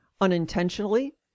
unintentionally